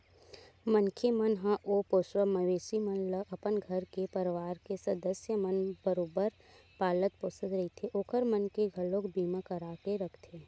मनखे मन ह ओ पोसवा मवेशी मन ल अपन घर के परवार के सदस्य मन बरोबर पालत पोसत रहिथे ओखर मन के घलोक बीमा करा के रखथे